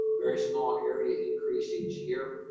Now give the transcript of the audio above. very small area increase each year,